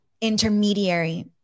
intermediary